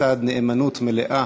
לצד נאמנות מלאה